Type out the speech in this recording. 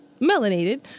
melanated